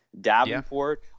Davenport